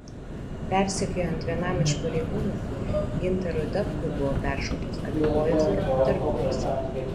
persekiojant vienam iš pareigūnų gintarui dabkui buvo peršautos abi kojos ir tarpkojis